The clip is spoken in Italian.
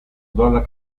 dalla